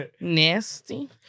Nasty